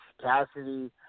Cassidy